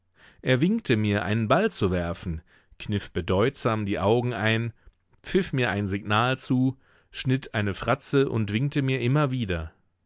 er winkte mir einen ball zu werfen kniff bedeutsam die augen ein pfiff mir ein signal zu schnitt eine fratze und winkte mir immer wieder